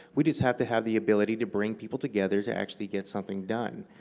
we just have to have the ability to bring people together to actually get something done.